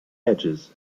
edges